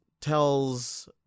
tells